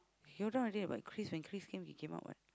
day like Chris when Chris came he came out what